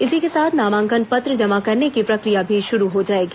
इसी के साथ नामांकन पत्र जमा करने की प्रक्रिया भी शुरू हो जाएगी